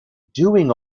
doing